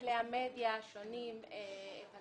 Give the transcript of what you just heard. בכלי התקשורת השונים הם